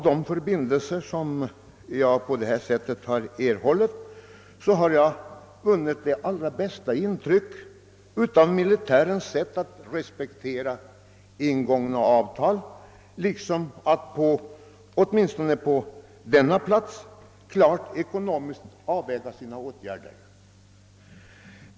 De förbindelser som jag på det sättet har erhållit har gett mig det allra bästa intryck av militärens sätt att respektera ingångna avtal liksom att åtminstone på denna plats — klart ekonomiskt avväga sina åtgärder.